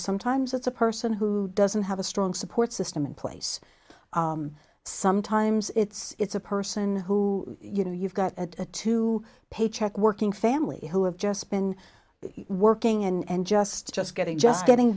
sometimes it's a person who doesn't have a strong support system in place sometimes it's a person who you know you've got a to pay check working family who have just been working and just just getting just getting